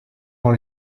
dans